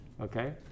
Okay